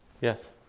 Yes